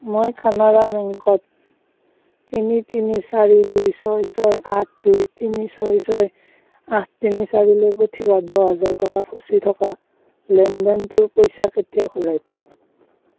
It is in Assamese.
মই কানাড়া বেংকত তিনি তিনি চাৰি দুই ছয় ছয় আঠ দুই তিনি ছয় ছয় আঠ তিনি চাৰিলৈ পঠিওৱা দহ হাজাৰ টকাৰ ফচি থকা লেনদেনটোৰ পইচা কেতিয়া ঘূৰাই পাম